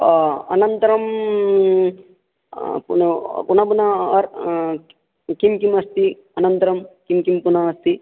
अनन्तरं पुन पुनः पुनः किं किम् अस्ति अनन्तरं किं किं पुनः अस्ति